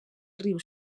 riu